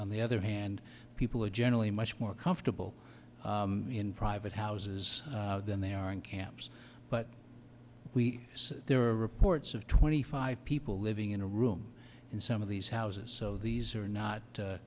on the other hand people are generally much more comfortable in private houses than they are in camps but we see there are reports of twenty five people living in a room in some of these houses so these are not